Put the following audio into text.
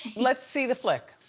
let's see the flick.